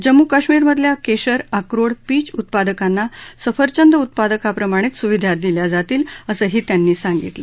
जम्मू कश्मीर मधल्या केशर अक्रोड पीच उत्पादकांना सफरचंद उत्पादकांप्रमाणेच सुविधा दिल्या जातील असंही त्यांनी सांगितलं